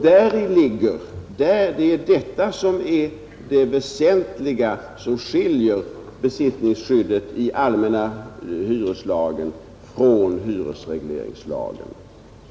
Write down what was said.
Det är detta som är det väsentliga och som skiljer besittningsskyddet i allmänna hyreslagen från hyresregleringslagen.